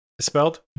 spelled